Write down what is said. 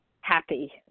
happy